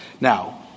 Now